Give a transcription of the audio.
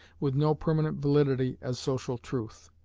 with no permanent validity as social truth.